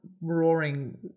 roaring